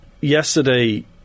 yesterday